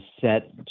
set